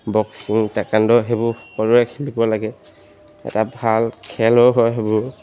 boxing taekwondo সেইবোৰ সকলোৱে খেলিব লাগে এটা ভাল খেলো হয় সেইবোৰ